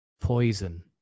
poison